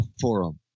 forum